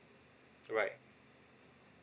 right